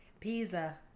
Pizza